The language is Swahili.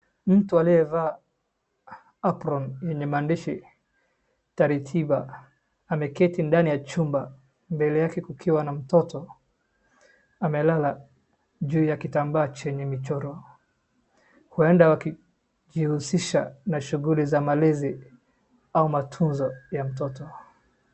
Mtu aliyevaa apron yenye maandishi taratiba ameketi ndani ya chumba mbele yake kukiwa na mtoto amelala juu ya kitambaa chenye michoro. Huenda wakijihusisha na shughuli za malezi au matunzo ya matoto.